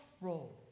roll